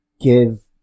give